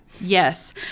Yes